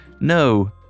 no